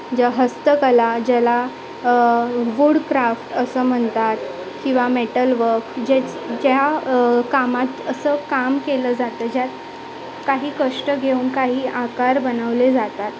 ज्या हस्तकला ज्याला वूड क्राफ्ट असं म्हणतात किंवा मेटल वर्क ज्याचं ज्या कामात असं काम केलं जातं ज्यात काही कष्ट घेऊन काही आकार बनवले जातात